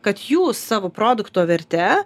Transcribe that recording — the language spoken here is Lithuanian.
kad jūs savo produkto verte